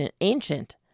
ancient